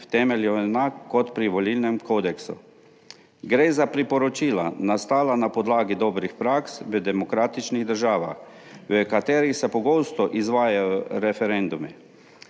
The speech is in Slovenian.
v temelju enak kot pri volilnem kodeksu. Gre za priporočila nastala na podlagi dobrih praks v demokratičnih državah, v katerih se pogosto izvajajo referendumi.